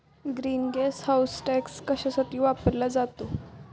Green gas house tax कशासाठी वापरला जातो?